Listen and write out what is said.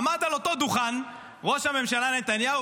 עמד על אותו דוכן ראש הממשלה נתניהו